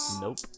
nope